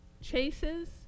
chases